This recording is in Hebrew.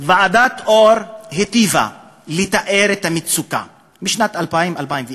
ועדת אור היטיבה לתאר את המצוקה בשנת 2001-2000,